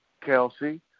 Kelsey